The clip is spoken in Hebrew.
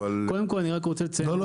קודם כל אני רק רוצה לציין --- לא,